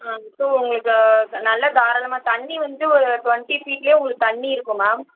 ஆ so உங்களுக்கு நல்ல தாராளமாக தண்ணி வந்து ஒரு ட்வெண்டி ஃபீட்டிலே உங்களுக்கு தண்ணி இருக்கும் மேம்